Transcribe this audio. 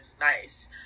nice